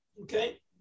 Okay